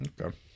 Okay